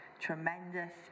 tremendous